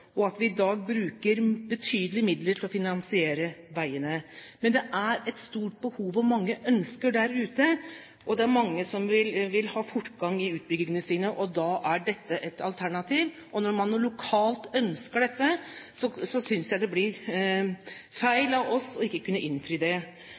og at vi i dag bruker betydelige midler til å finansiere veiene. Men det er et stort behov og mange ønsker der ute, og det er mange som vil ha fortgang i utbyggingene sine, og da er dette et alternativ. Når man lokalt ønsker dette, synes jeg det blir